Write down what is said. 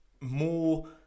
more